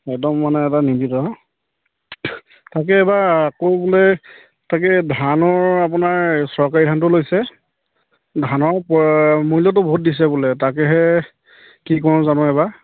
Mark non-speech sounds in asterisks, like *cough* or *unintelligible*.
একদম মানে এটা *unintelligible* তাকে এইবাৰ আকৌ বোলে তাকে ধানৰ আপোনাৰ চৰকাৰী ধানটো লৈছে ধানৰ মূল্যটো বহুত দিছে বোলে তাকেহে কি কৰোঁ জানো এইবাৰ